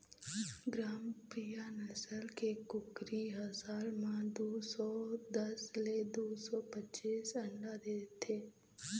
ग्रामप्रिया नसल के कुकरी ह साल म दू सौ दस ले दू सौ पचीस अंडा देथे